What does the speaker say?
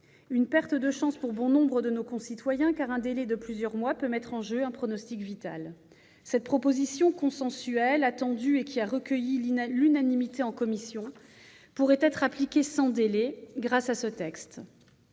une perte de chance pour bon nombre de nos concitoyens, car un délai de plusieurs mois peut mettre en jeu un pronostic vital. Cette proposition consensuelle, attendue, qui a recueilli l'unanimité en commission, pourrait être appliquée sans délai grâce à ce texte.